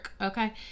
okay